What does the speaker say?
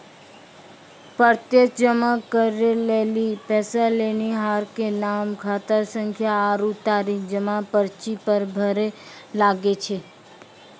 प्रत्यक्ष जमा करै लेली पैसा लेनिहार के नाम, खातासंख्या आरु तारीख जमा पर्ची पर भरै लागै छै